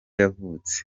yavutse